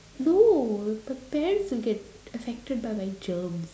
no my parents will get affected by my germs